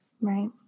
Right